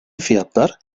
fiyatlar